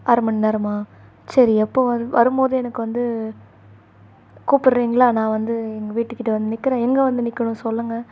அரை மணிநேரமா சரி எப்போ வரு வரும்போது எனக்கு வந்து கூப்பிட்றீங்களா நான் வந்து எங்கள் வீட்டுக்கிட்ட வந்து நிற்கிறேன் எங்கே வந்து நிற்கணும் சொல்லுங்கள்